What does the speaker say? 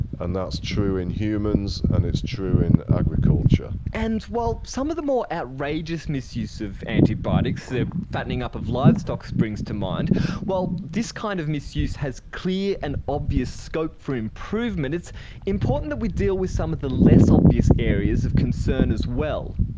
and that's true in humans and it's true in agriculture. and while some of the more outrageous misuse of antibiotics the fattening up of livestock springs to mind while this kind of misuse has clear and obvious scope for improvement, it's important that we deal with some of the less obvious areas of concern as well,